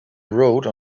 wrote